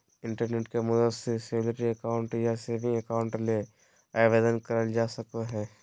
internet के मदद से सैलरी अकाउंट या सेविंग अकाउंट ले आवेदन करल जा सको हय